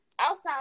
outside